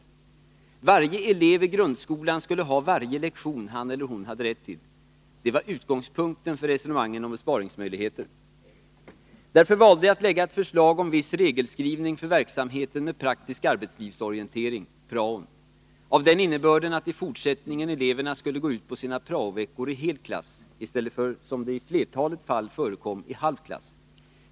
Varje elev i grundskolan skulle ha varje lektion han eller hon hade rätt till — det var utgångspunkten för resonemangen om besparingsmöjligheter. Därför valde jag att lägga ett förslag om viss regelskrivning för verksamheten för praktisk arbetslivsorientering — praon — av den innebörden att eleverna i fortsättningen skulle gå ut på sina prao-veckor i hel klass i stället för, som det i flertalet fall förekom, i halv klass.